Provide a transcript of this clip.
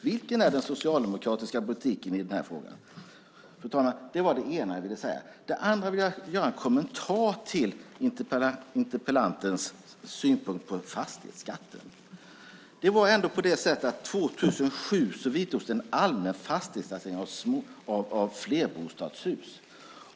Vilken är den socialdemokratiska politiken i den här frågan? Fru talman! Det var det ena jag ville säga. Det andra jag vill göra är en kommentar till interpellantens synpunkt på fastighetsskatten. År 2007 vidtogs en allmän fastighetstaxering av flerbostadshus.